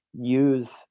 use